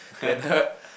then her